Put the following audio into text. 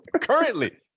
currently